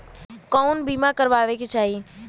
कउन बीमा करावें के चाही?